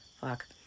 fuck